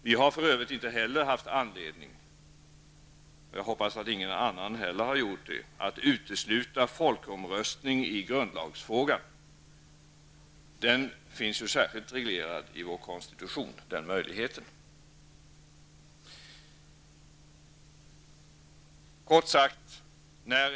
Vi har för övrigt inte heller haft anledning -- jag hoppas att inte heller någon annan har haft det -- att utesluta en folkomröstning i grundlagsfrågan. Den möjligheten finns särskilt reglerad i vår konstitution.